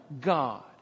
God